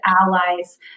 allies